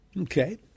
Okay